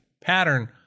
pattern